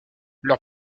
leur